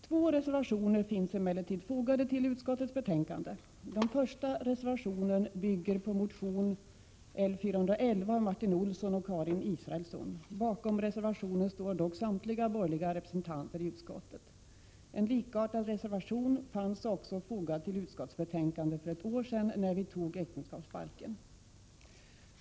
Två reservationer finns emellertid fogade till utskottets betänkande. Karin Israelsson. Bakom reservationen står dock samtliga borgerliga representanter i utskottet. En likartad reservation fanns också fogad till utskottsbetänkandet för ett år sedan när vi antog äktenskapsbalken.